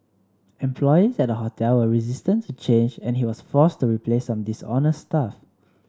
employees at the hotel were resistant to change and he was forced to replace some dishonest staff